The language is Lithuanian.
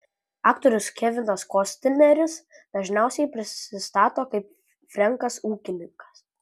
aktorius kevinas kostneris dažniausiai prisistato kaip frenkas ūkininkas